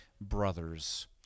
brothers